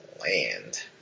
land